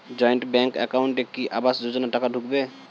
Joint bank একাউন্টে কি আবাস যোজনা টাকা ঢুকবে?